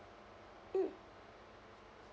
mm